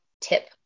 tip